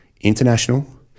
international